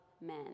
men